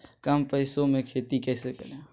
कम पैसों में खेती कैसे करें?